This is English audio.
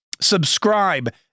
subscribe